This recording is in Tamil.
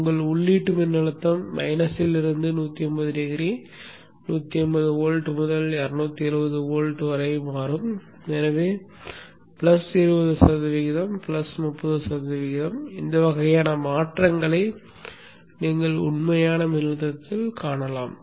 உங்கள் உள்ளீட்டு மின்னழுத்தம் மைனஸிலிருந்து 180 டிகிரி 180 வோல்ட் முதல் 270 வோல்ட் வரை மாறும் எனவே 20 சதவீதம் 30 சதவீதம் இந்த வகையான மாற்றங்களை நீங்கள் உண்மையான மின்னழுத்தத்தில் காணலாம்